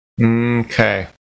Okay